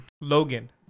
logan